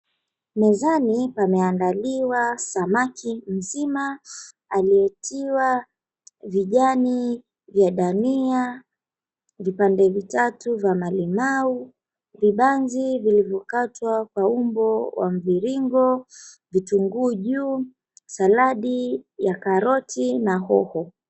Mezani pameandaliwa samaki mkubwa aliyetiwa vijani vya dania, vipande vitatu vya malimau, vibanzi vilivyokatwa kwa unmbo la mviringo, vitunguu juu, saladi ya karoti na hoho.